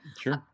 sure